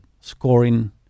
scoring